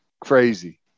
Crazy